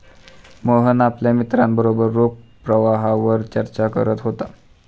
मोहन आपल्या मित्रांबरोबर रोख प्रवाहावर चर्चा करत होता